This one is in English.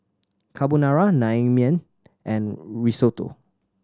Carbonara Naengmyeon and Risotto